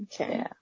Okay